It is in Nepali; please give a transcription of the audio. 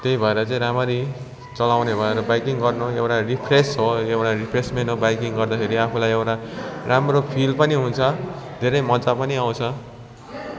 त्यही भएर चाहिँ राम्ररी चलाउने भएर बाइकिङ गर्नु एउटा रिफ्रेस हो एउटा रिफ्रेसमेन्ट हो बाइकिङ गर्दाखेरि आफूलाई एउटा राम्रो फिल पनि हुन्छ धेरै मज्जा पनि आउँछ